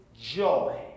Joy